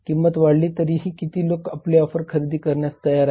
किंमत वाढली तरीही किती लोक आपले ऑफर खरेदी करण्यास तयार आहेत